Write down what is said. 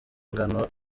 ingano